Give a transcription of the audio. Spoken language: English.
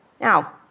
Now